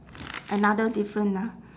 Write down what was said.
another different ah